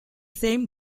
same